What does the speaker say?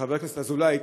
כחבר כנסת אזולאי,